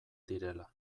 direla